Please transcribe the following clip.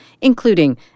including